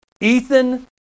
Ethan